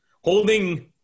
Holding